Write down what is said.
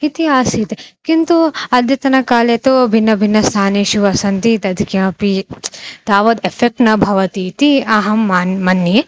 इति आसीत् किन्तु अद्यतनकाले तु भिन्नभिन्नस्थानेषु वसन्ति तद् किमपि तावत् एफ़ेक्ट् न भवति इति अहं मन्ये मन्ये